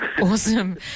Awesome